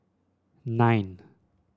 nine